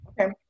okay